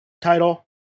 title